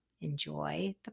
enjoy